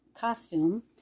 costume